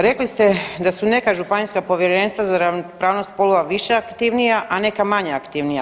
Rekli ste da su neka županijska povjerenstva za ravnopravnost spolova više aktivnija, a neka manje aktivnija.